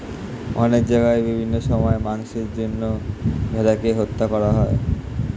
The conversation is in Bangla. অনেক জায়গায় বিভিন্ন সময়ে মাংসের জন্য ভেড়াকে হত্যা করা হয়